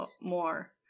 more